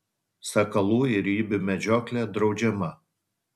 sakalų ir ibių medžioklė draudžiama